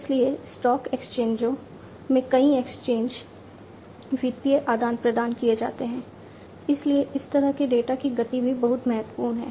इसलिए स्टॉक एक्सचेंजों में कई एक्सचेंज वित्तीय आदान प्रदान किए जाते हैं इसलिए इस तरह के डेटा की गति भी बहुत महत्वपूर्ण है